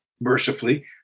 mercifully